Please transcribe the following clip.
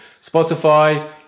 Spotify